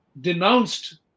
denounced